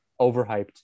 Overhyped